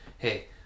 hey